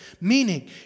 meaning